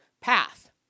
path